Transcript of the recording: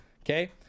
okay